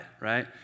right